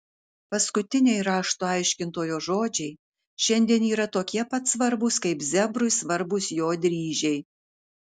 paskutiniai rašto aiškintojo žodžiai šiandien yra tokie pat svarbūs kaip zebrui svarbūs jo dryžiai